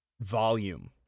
volume